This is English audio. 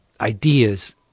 ideas